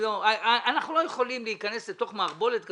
אנחנו לא יכולים להיכנס אל תוך מערבולת כזאת,